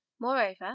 Moreover